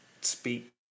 speak